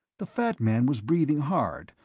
the fat man was breathing hard,